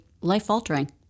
life-altering